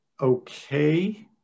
okay